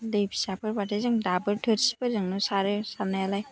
दै फिसाफोरबाथाय जों दाबोर थोरसिफोरजोंनो सारो सारनायालाय